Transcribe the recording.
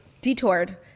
detoured